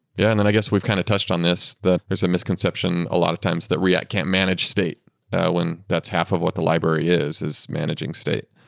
yeah, and then i guess we've kind of touched on this, that there's a misconception a lot of times that react can't manage state when that's half of what the library is is managing state.